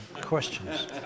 questions